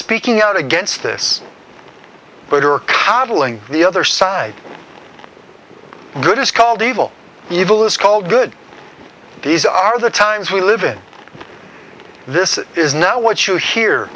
speaking out against this but are caviling the other side good is called evil evil is called good these are the times we live in this is now what you hear